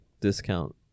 discount